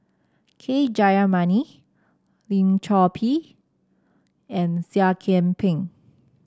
K Jayamani Lim Chor Pee and Seah Kian Peng